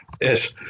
Yes